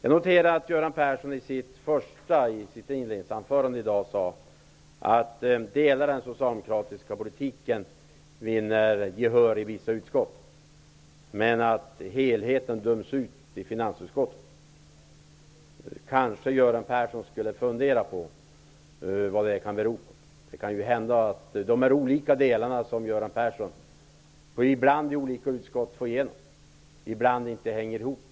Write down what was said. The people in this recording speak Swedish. Jag noterar att Göran Persson i sitt inledningsanförande tidigare sade att delar av den socialdemokratiska politiken vinner gehör i vissa utskott, men att helheten döms ut i finansutskottet. Göran Persson skulle kanske fundera över vad detta kan bero på. Det kan hända att de olika delarna som Göran Persson ibland får igenom i olika utskott inte hänger ihop.